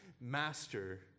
master